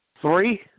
three